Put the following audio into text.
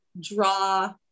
draw